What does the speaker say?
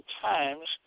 times